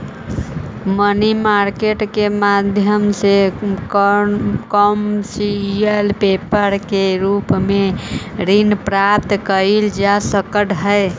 money market के माध्यम से कमर्शियल पेपर के रूप में ऋण प्राप्त कईल जा सकऽ हई